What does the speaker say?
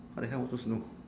what the hell so slow